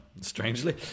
strangely